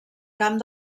camp